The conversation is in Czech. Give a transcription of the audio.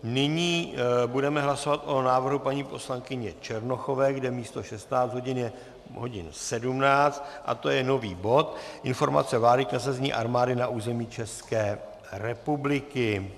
Nyní budeme hlasovat o návrhu paní poslankyně Černochové, kde místo 16 hodin je hodin 17, a to je nový bod, informace vlády k nasazení armády na území České republiky.